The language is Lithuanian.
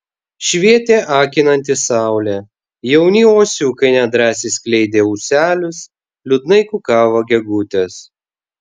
švietė akinanti saulė jauni uosiukai nedrąsiai skleidė ūselius liūdnai kukavo gegutės